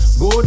go